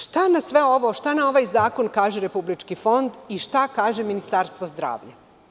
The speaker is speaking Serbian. Šta na ovaj zakon kaže Republički fond i šta kaže Ministarstvo zdravlja?